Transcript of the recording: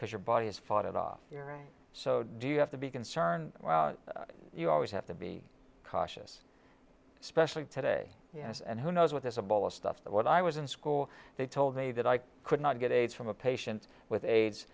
because your body is fought it off so do you have to be concerned well you always have to be cautious especially today yes and who knows what is a ball of stuff but what i was in school they told me that i could not get aids from a patient with aids